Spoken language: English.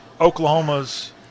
Oklahoma's